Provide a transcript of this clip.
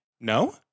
no